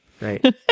Right